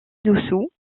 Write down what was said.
dessous